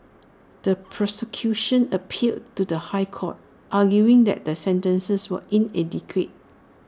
the prosecution appealed to the High Court arguing that the sentences were inadequate